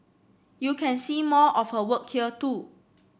you can see more of her work here too